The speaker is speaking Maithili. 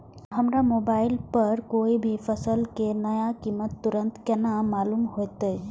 हमरा मोबाइल पर कोई भी फसल के नया कीमत तुरंत केना मालूम होते?